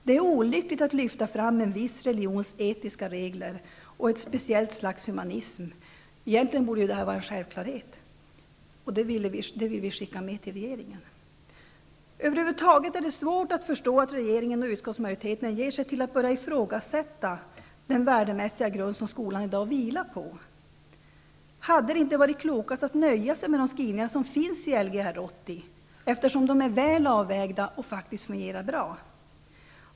Det är olyckligt att lyfta fram en viss religions etiska regler och ett speciellt slags humanism. Det här borde egentligen vara en självklarhet, och det vill vi skicka med till regeringen. Över huvud taget är det svårt att förstå att regeringen och utskottsmajoriteten ger sig till börja ifrågasätta den värdemässiga grund som skolan i dag vilar på. Hade det inte varit klokast att nöja sig med de skrivningar som finns i Lgr 80? De är väl avvägda och fungerar bra.